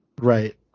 right